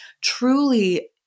truly